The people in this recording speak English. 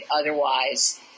Otherwise